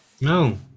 No